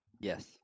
Yes